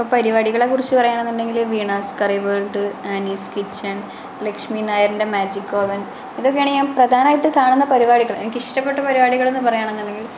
ഇപ്പം പരിപാടികളെ കുറിച്ച് പറയാണെന്നുണ്ടെങ്കിൽ Veena's curry world Annie's kitchen Lakshmi നായരിൻ്റെ മാജിക് ഓവൻ ഇതൊക്കെയാണ് ഞാൻ പ്രധാനമായിട്ടും കാണുന്ന പരിപാടികൾ എനിക്കിഷ്ടപ്പെട്ട പരുപാടികളെന്നു പറയാണെന്നുണ്ടെങ്കിൽ